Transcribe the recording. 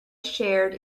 shared